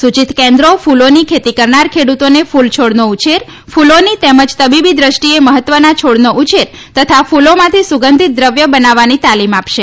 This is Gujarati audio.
સૂચિત કેન્દ્રો ફ્લોની ખેતી કરનાર ખેડૂતોને કૂલ છોડનો ઉછેર ફૂલોની તેમજ તબીબી દૃષ્ટિયે મહત્વના છોડનો ઉછેર તથા કૂલોમાંથી સુગંઘિત દ્રવ્ય બનાવવાની તાલીમ આપશે